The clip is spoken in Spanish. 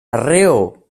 arreo